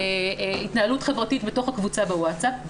התנהלות חברתית בתוך הקבוצה בווצאפ,